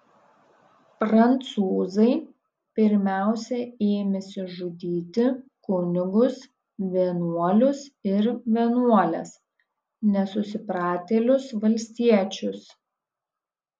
prancūzai pirmiausia ėmėsi žudyti kunigus vienuolius ir vienuoles nesusipratėlius valstiečius